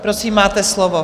Prosím, máte slovo.